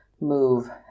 move